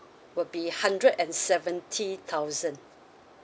will be hundred and seventy thousand